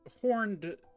horned